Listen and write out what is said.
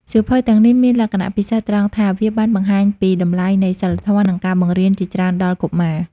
សៀវភៅទាំងនេះមានលក្ខណៈពិសេសត្រង់ថា វាបានបង្ហាញពីតម្លៃនៃសីលធម៌ និងការបង្រៀនជាច្រើនដល់កុមារ។